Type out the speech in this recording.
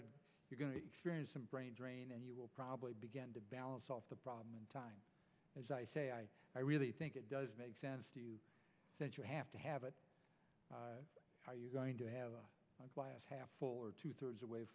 to you're going to experience some brain drain and you will probably begin to balance off the problem in time as i say i i really think it does make sense to you that you have to have it how you're going to have a glass half full or two thirds away